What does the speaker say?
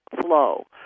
flow